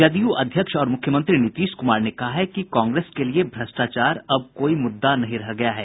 जदयू अध्यक्ष और मुख्यमंत्री नीतीश कुमार ने कहा है कि कांग्रेस के लिये भ्रष्टाचार अब कोई मुद्दा नहीं रह गया है